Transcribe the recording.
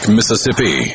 Mississippi